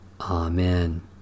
Amen